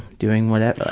doing whatever,